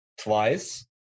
twice